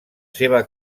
seva